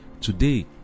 today